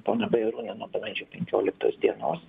poną bajorūną nuo balandžio penkioliktos dienos